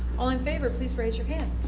all in favor please raise your hand.